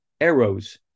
arrows